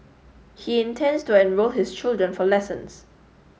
he intends to enrol his children for lessons